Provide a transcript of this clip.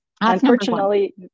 unfortunately